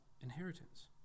inheritance